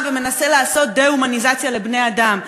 ומנסה לעשות דה-הומניזציה לבני-אדם.